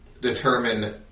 determine